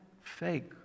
fake